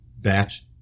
batch